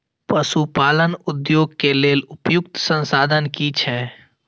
पशु पालन उद्योग के लेल उपयुक्त संसाधन की छै?